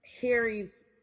Harry's